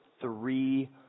three